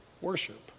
worship